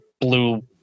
blue